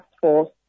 force